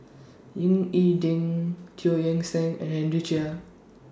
Ying E Ding Teo Eng Seng and Henry Chia